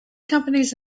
companies